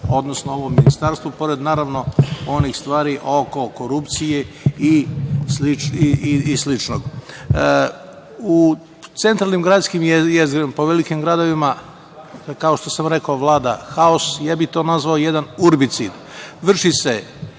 odnosno ovom Ministarstvu, pored onih stvari oko korupcije i sličnog.U centralnim gradskim jezgrima, po velikim gradovima, kao što sam rekao, vlada haos. Ja bi to nazvao jedan urbicid, vrši se